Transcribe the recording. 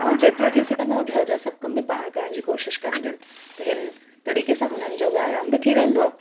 ऐं जेतिरो थी सघंदो घर जा सभु कम बि पाण करण जी कोशिशि कंदियूं आहिनि त हिन तरीक़े सां हुननि जो व्यायामु बि थी वेंदो आहे